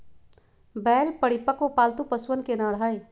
बैल परिपक्व, पालतू पशुअन के नर हई